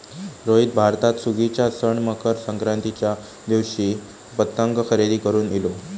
रोहित भारतात सुगीच्या सण मकर संक्रांतीच्या दिवशी पतंग खरेदी करून इलो